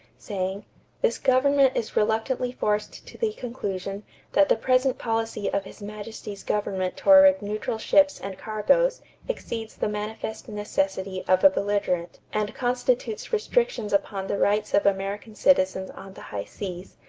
saying this government is reluctantly forced to the conclusion that the present policy of his majesty's government toward neutral ships and cargoes exceeds the manifest necessity of a belligerent and constitutes restrictions upon the rights of american citizens on the high seas,